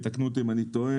ותקנו אותי אם אני טועה,